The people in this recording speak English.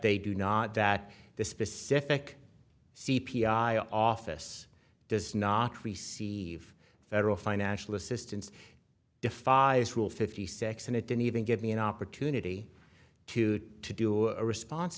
they do not that the specific c p i office does not receive federal financial assistance defies rule fifty six and it didn't even give me an opportunity to to do a response